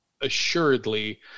assuredly